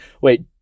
Wait